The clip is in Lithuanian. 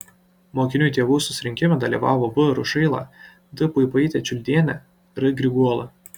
mokinių tėvų susirinkime dalyvavo v rušaila d puipaitė čiuldienė r griguola